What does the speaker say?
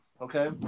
okay